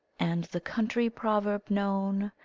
and the country proverb known,